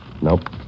Nope